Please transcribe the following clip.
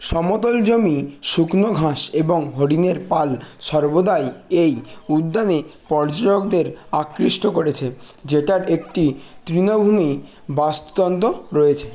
সমতল জমি শুকনো ঘাস এবং হরিণের পাল সর্বদাই এই উদ্যানে পর্যটকদের আকৃষ্ট করেছে যেটার একটি তৃণভূমি বাস্তুতন্ত্র রয়েছে